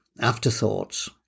Afterthoughts